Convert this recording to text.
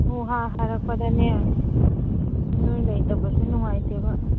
ꯍꯣ ꯍꯥ ꯍꯥꯏꯔꯛꯄꯗꯅꯦ ꯅꯣꯏ ꯂꯩꯇꯕꯁꯦ ꯅꯨꯡꯉꯥꯏꯇꯦꯕ